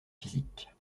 physique